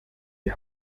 die